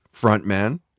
frontman